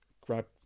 grab